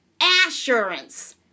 assurance